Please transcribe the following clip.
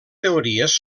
teories